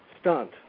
stunt